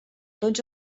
tots